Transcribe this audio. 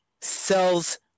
sells